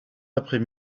après